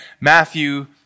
Matthew